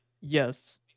Yes